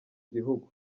gihugu